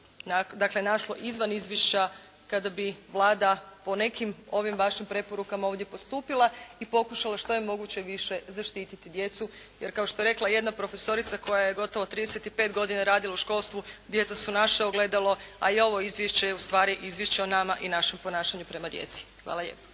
dakle našlo izvan izvješća kada bi Vlada po nekim ovim vašim preporukama ovdje postupila i pokušala što je moguće više zaštititi djecu. Jer kao što je rekla jedna profesorica koja je gotovo 35 godina radila u školstvu, djeca su naše ogledalo, a i ovo izvješće je u stvari izvješće o nama i našem ponašanju prema djeci. Hvala lijepa.